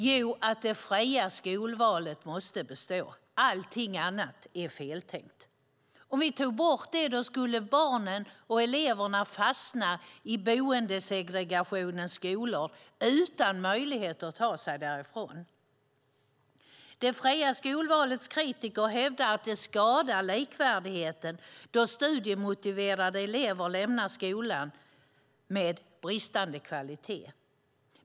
Jo, att det fria skolvalet måste bestå - allt annat är feltänkt. Om vi tog bort det skulle barnen och eleverna fastna i boendesegregationens skolor utan möjlighet att ta sig därifrån. Det fria skolvalets kritiker hävdar att det skadar likvärdigheten då studiemotiverade elever lämnar skolor med bristande kvalitet.